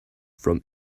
from